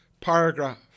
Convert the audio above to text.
paragraph